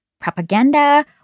propaganda